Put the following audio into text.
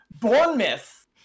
Bournemouth